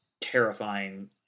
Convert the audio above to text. terrifying